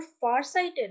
farsighted